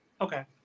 Okay